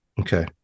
okay